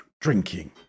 drinking